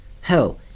Hell